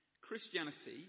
Christianity